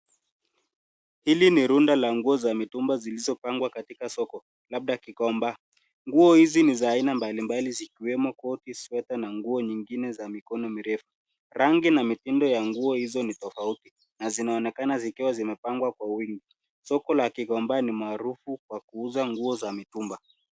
Hili ni rundo la nguo za mitumba zilizopangwa katika soko, labda Gikomba. Nguo hizi na za aina mbalimbali zikiwemo koti, sweta na nguo nyingine za mikono mirefu. Rangi na mitindo ya nguo hizo ni tofauti na zinaonekana zikiwa zimepangwa kwa wingi. Soko la Gikomba ni maarufu kwa kuuza nguo za mitumba.